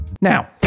now